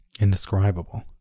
indescribable